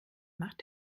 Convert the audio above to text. macht